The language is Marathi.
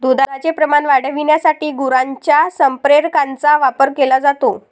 दुधाचे प्रमाण वाढविण्यासाठी गुरांच्या संप्रेरकांचा वापर केला जातो